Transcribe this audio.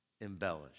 embellish